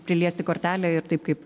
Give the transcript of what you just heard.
priliesti kortelę ir taip kaip